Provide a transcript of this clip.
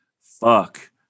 fuck